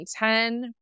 2010